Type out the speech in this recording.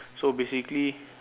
so basically